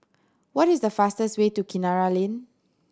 what is the fastest way to Kinara Lane